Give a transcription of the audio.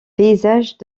paysages